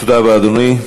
תודה רבה, אדוני.